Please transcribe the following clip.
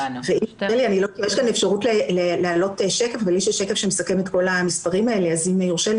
יש לי שקף שמסכם את כל המספרים ואם יורשה לי